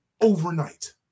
overnight